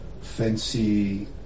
fancy